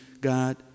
God